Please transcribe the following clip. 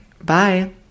Bye